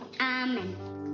Amen